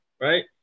right